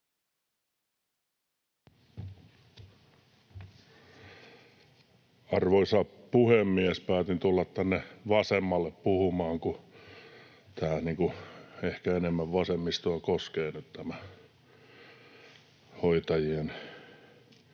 Arvoisa puhemies! Päätin tulla puhumaan tänne vasemmalle, kun ehkä enemmän vasemmistoa koskee nyt tämä hoitajien